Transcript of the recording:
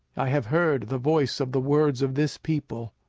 i have heard the voice of the words of this people,